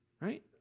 right